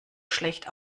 schlecht